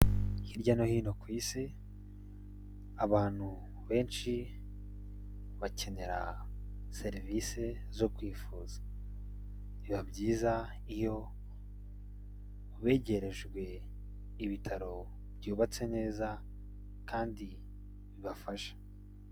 Hirya no hino ku Isi, abantu benshi bakenera serivisi zo kwifuza. Biba byiza iyo begerejwe ibitaro byubatse neza, kandi bibafasha.